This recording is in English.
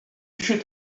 should